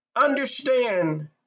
Understand